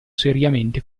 seriamente